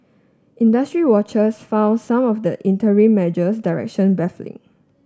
industry watchers found some of the interim measure direction baffling